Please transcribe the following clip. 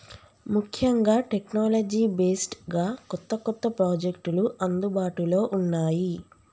ముఖ్యంగా technology based గా కొత్త కొత్త ప్రాజెక్టులు అందుబాటులో ఉన్నాయి